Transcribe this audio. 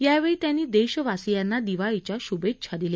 यावेळी त्यांनी देशवासीयांना दिवाळीच्या श्भेच्छा दिल्या